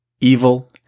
evil